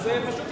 זה פשוט יפקע.